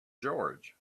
george